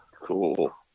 cool